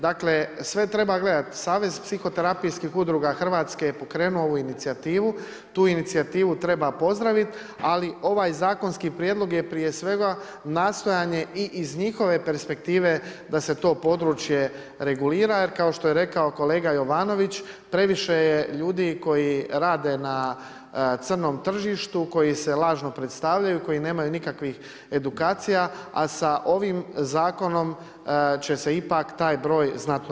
Dakle sve treba gledati Savez psihoterapijskih udruga Hrvatske je pokrenuo ovu inicijativu, tu inicijativu treba pozdraviti ali ovaj zakonski prijedlog je prije svega nastojanje i iz njihove perspektive da se to područje regulira jer kao što je rekao kolega Jovanović previše je ljudi koji rade na crnom tržištu, koji se lažno predstavljaju i koji nemaju nikakvih edukacija a sa ovim zakonom će se ipak taj broj znatno